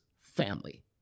family